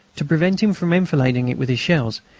to prevent him from enfilading it with his shells,